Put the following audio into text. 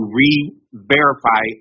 re-verify